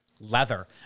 leather